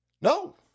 No